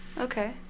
Okay